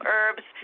Herbs